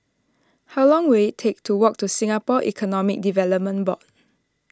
how long will it take to walk to Singapore Economic Development Board